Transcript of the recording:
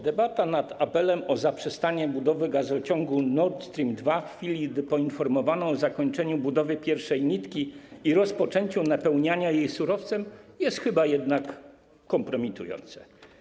Debata nad apelem o zaprzestanie budowy gazociągu Nord Stream 2 w chwili, gdy poinformowano o zakończeniu budowy pierwszej nitki i rozpoczęciu napełniania jej surowcem, jest chyba jednak kompromitująca.